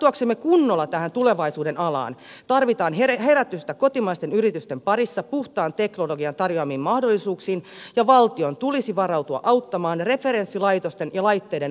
tarttuakseen kunnolla tähän tulevaisuuden alaan tarvitaan herätystä kotimaisten yritysten parissa puhtaan teknologian tarjoamiin mahdollisuuksiin ja valtion tulisi varautua auttamaan referenssilaitosten ja laitteiden aikaansaamisessa